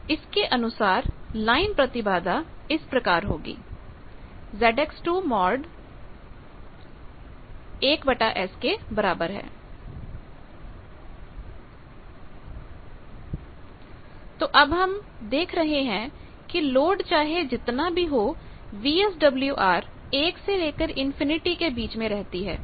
तो किसके अनुसार यहां लाइन प्रतिबाधा इस प्रकार होगी तो अब हम देख रहे हैं कि लोड चाहे जितना भी हो वीएसडब्ल्यूआर 1 से लेकर इंफिनिटी के बीच में रहती है